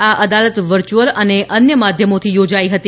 આ અદાલત વરર્યુઅલ અને અન્ય માધ્યમોથી યોજાઈ હતી